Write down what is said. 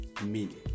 meaning